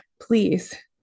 please